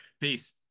Peace